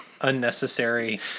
unnecessary